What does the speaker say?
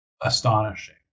astonishing